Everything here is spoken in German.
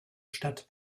stadt